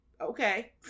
okay